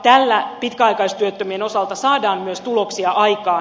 tällä pitkäaikaistyöttömien osalta saadaan myös tuloksia aikaan